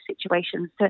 situations